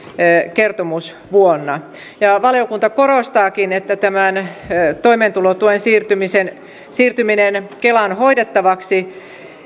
kertomusvuonna valiokunta korostaakin että tämä toimeentulotuen siirtyminen siirtyminen kelan hoidettavaksi